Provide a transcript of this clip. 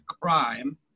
crime